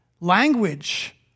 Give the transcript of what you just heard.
language